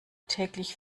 täglich